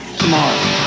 Tomorrow